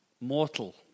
mortal